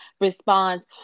responds